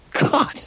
God